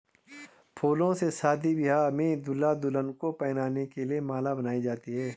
फूलों से शादी ब्याह में दूल्हा दुल्हन को पहनाने के लिए माला बनाई जाती है